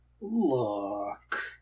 Look